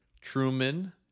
Truman